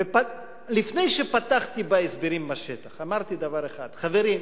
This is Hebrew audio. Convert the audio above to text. לפני שפתחתי בהסברים בשטח אמרתי דבר אחד: חברים,